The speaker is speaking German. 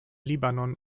libanon